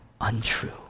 untrue